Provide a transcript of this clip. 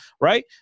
right